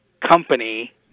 company